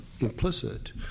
implicit